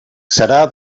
serà